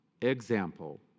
example